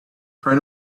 try